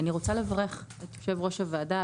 אני רוצה לברך את יושב-ראש הוועדה,